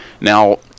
Now